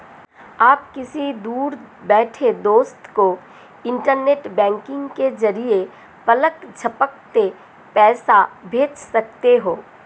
आप किसी दूर बैठे दोस्त को इन्टरनेट बैंकिंग के जरिये पलक झपकते पैसा भेज सकते हैं